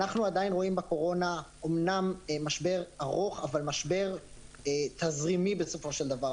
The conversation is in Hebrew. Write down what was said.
אנחנו עדין רואים בקורונה אמנם משבר ארוך אבל משבר תזרימי בסופו של דבר.